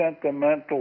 sentimental